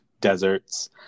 deserts